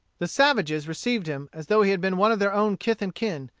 the savages received him as though he had been one of their own kith and kin,